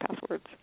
passwords